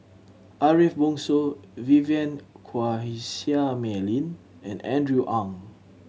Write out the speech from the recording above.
Ariff Bongso Vivien Quahe Seah Mei Lin and Andrew Ang